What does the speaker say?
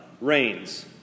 reigns